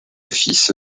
fils